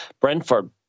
Brentford